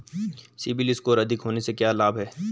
CIBIL score अधिक होने से क्या लाभ हैं?